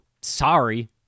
sorry